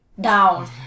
down